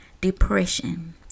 Depression